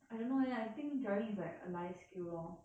I don't know eh I think driving is like a life skill lor